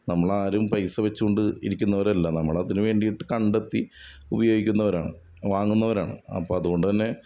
നമ്മളാരും പൈസ വച്ചത് കൊണ്ട് ഇരിക്കുന്നവരല്ല നമ്മൾ അതിന് വേണ്ടിയിട്ട് കണ്ടെത്തി ഉപയോഗിക്കുന്നവരാണ് വാങ്ങുന്നവരാണ് അപ്പം അതുകൊണ്ട് തന്നെ